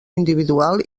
individual